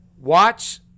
Watch